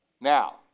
Now